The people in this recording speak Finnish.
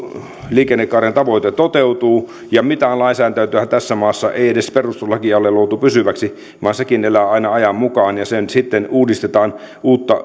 liikennekaaren tavoite toteutuu mitään lainsäädäntöähän tässä maassa edes perustuslakia ei ole luotu pysyväksi vaan sekin elää aina ajan mukaan ja sitten uudistetaan uutta